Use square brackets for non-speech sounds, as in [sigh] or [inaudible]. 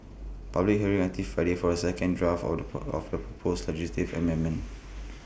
public hearing until Friday for the second draft of the [noise] of pose legislative amendments